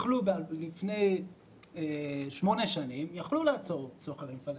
לפני שמונה שנים יכלו לעצור סוחרי פלסטינים,